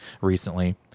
recently